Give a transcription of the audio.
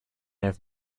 have